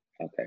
Okay